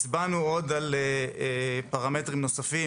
הצבענו עוד על פרמטרים נוספים.